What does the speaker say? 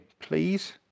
please